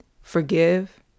forgive